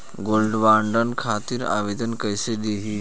Gold bond खातिर आवेदन कैसे दिही?